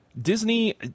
Disney